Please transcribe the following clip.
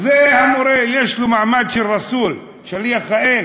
זה המורה, יש לו מעמד של "רסוּל", שליח האל,